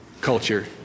culture